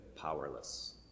powerless